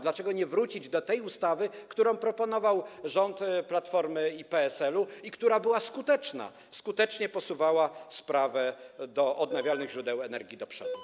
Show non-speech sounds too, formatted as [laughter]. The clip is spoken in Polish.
Dlaczego nie wrócić do ustawy, którą proponował rząd Platformy i PSL-u, która była skuteczna, skutecznie posuwała sprawę odnawialnych [noise] źródeł energii do przodu?